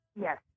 Yes